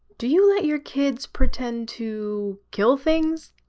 do you let your kids pretend to kill things?